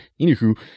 anywho